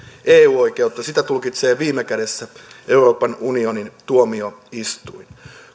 eu oikeutta sitä tulkitsee viime kädessä euroopan unionin tuomioistuin